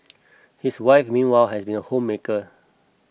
his wife meanwhile has been a homemaker